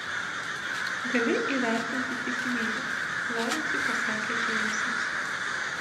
gali įvertinti tikimybę lorencui pasakė džeimsas